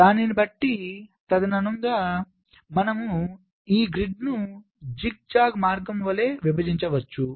దానిని బట్టి తదనుగుణంగా మనము ఈ గ్రిడ్ను జిగ్జాగ్ మార్గం వలె విభజించవచ్చు